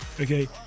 okay